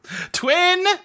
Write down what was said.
Twin